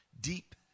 deep